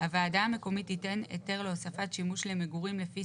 הוועדה המקומית תיתן היתר להוספת שימוש למגורים לפי